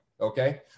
Okay